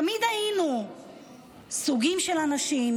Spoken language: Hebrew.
תמיד היינו סוגים של אנשים,